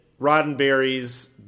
Roddenberry's